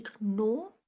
ignore